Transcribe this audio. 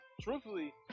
truthfully